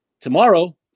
Tomorrow